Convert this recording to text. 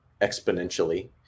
exponentially